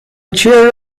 cheer